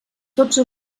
dotze